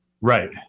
Right